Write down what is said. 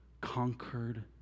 conquered